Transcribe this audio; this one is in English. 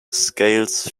scales